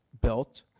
built